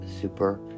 Super